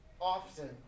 often